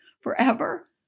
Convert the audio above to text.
forever